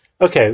Okay